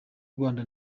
rwanda